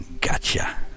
Gotcha